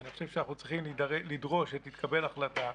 ואני חושב שאנחנו צריכים לדרוש שתתקבל החלטה,